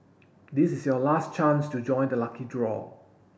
this is your last chance to join the lucky draw